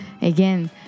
Again